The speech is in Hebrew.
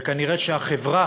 וכנראה שהחברה